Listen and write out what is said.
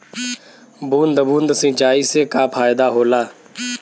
बूंद बूंद सिंचाई से का फायदा होला?